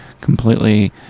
completely